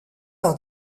par